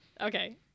Okay